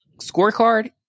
scorecard